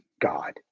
god